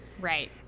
Right